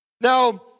Now